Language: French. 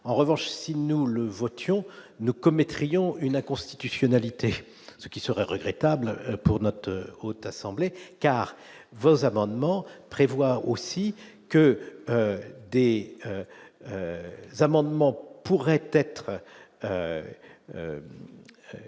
en revanche, si nous le votions nous commettrions une inconstitutionnalité, ce qui serait regrettable pour notre haute assemblée car vos amendements prévoit aussi. Que dès amendements pourraient être